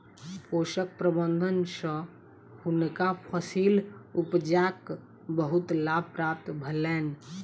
पोषक प्रबंधन सँ हुनका फसील उपजाक बहुत लाभ प्राप्त भेलैन